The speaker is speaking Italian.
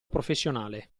professionale